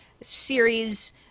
series